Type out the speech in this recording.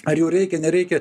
ar jų reikia nereikia